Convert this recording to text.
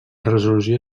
resolució